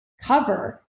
cover